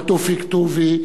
על תופיק טובי,